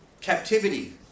captivity